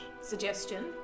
Suggestion